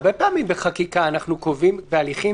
הרבה פעמים בחקיקה אנחנו קובעים בהליכים